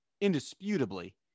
indisputably